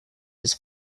his